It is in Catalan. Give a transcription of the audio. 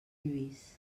lluís